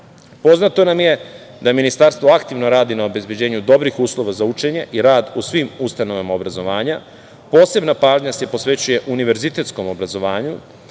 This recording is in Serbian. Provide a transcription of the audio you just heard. dinara. Poznato nam je da Ministarstvo aktivno radi na obezbeđenju dobrih uslova za učenje i rad u svim ustanovama obrazovanja, posebna pažnja se posvećuje univerzitetskom obrazovanju